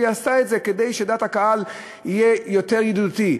והיא עשתה את זה כדי שדעת הקהל תהיה יותר ידידותית.